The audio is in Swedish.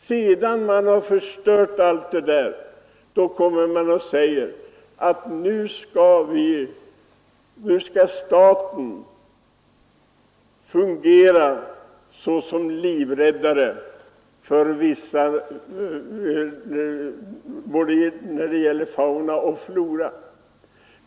Sedan man förstört allt, säger man att staten skall fungera såsom livräddare för både fauna och flora.